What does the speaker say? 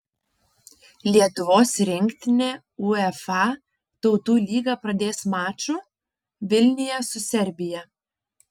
lietuvos rinktinė uefa tautų lygą pradės maču vilniuje su serbija